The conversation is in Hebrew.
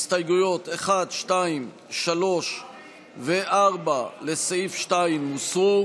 הסתייגויות 1, 2, 3 ו-4 לסעיף 2 הוסרו.